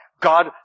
God